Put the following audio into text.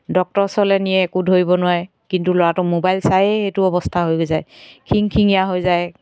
ডাক্তৰৰ ওচৰলৈ নিয়ে একো ধৰিব নোৱাৰে কিন্তু ল'ৰাটো মোবাইল চায়ে সেইটো অৱস্থা হৈ যায় খিংখিঙীয়া হৈ যায়